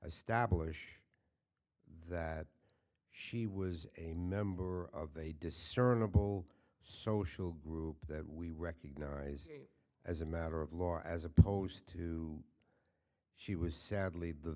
establish that she was a member of a discernible social group that we recognized as a matter of law as opposed to she was sadly the